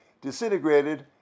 disintegrated